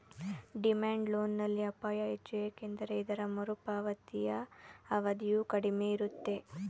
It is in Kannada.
ಡಿಮ್ಯಾಂಡ್ ಲೋನ್ ನಲ್ಲಿ ಅಪಾಯ ಹೆಚ್ಚು ಏಕೆಂದರೆ ಇದರ ಮರುಪಾವತಿಯ ಅವಧಿಯು ಕಡಿಮೆ ಇರುತ್ತೆ